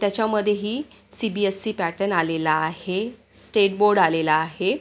त्याच्यामध्येही C B S E pattern आलेला आहे स्टेट बोर्ड आलेला आहे